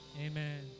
Amen